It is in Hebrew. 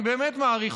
אני באמת מעריך.